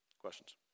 Questions